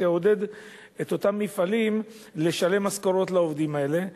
תעודד את אותם מפעלים לשלם משכורות לעובדים האלה.